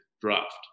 draft